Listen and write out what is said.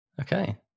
Okay